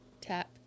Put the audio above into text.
tap